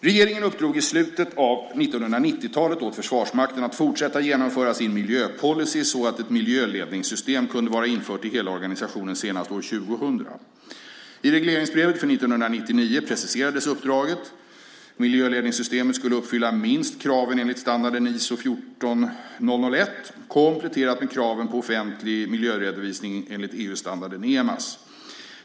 Regeringen uppdrog i slutet av 1990-talet åt Försvarsmakten att fortsätta att genomföra sin miljöpolicy så att ett miljöledningssystem kunde vara infört i hela organisationen senast år 2000. I regleringsbrevet för 1999 preciserades uppdraget. Miljöledningssystemet skulle uppfylla minst kraven enligt standarden ISO 14001 kompletterat med kraven på offentlig miljöredovisning enligt EU-standarden EMAS.